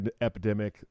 epidemic